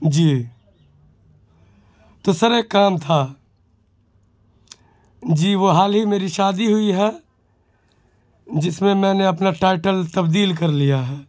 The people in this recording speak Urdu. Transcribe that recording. جی تو سر ایک کام تھا جی وہ حال ہی میری شادی ہوئی ہے جس میں میں نے اپنا ٹائٹل تبدیل کر لیا ہے